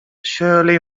shirley